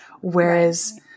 Whereas